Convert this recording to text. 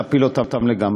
להפיל אותם לגמרי.